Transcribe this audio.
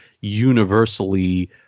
universally